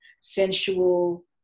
sensual